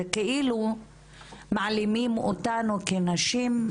זה כאילו מעלימים אותנו כנשים,